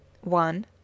One